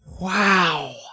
Wow